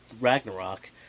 Ragnarok